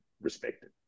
respected